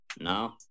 no